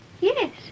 Yes